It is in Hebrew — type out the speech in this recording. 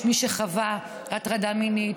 יש מי שחווה הטרדה מינית,